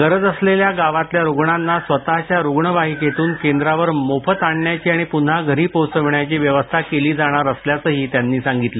गरज असलेल्या गावातल्या रुग्णांना स्वतःच्या रुग्णवाहिकेतून केंद्रावर मोफत आणण्याची आणि पुन्हा घरी पोहोचविण्याची व्यवस्था केली जाणार असल्याचंही त्यांनी सांगितलं